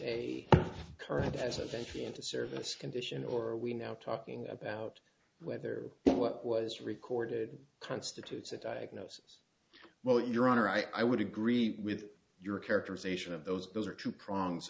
a current as a venture into service condition or are we now talking about whether what was recorded constitutes a diagnosis well your honor i would agree with your characterization of those those are two prongs